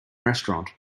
restaurant